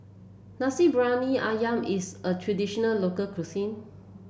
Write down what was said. Nasi Briyani ayam is a traditional local cuisine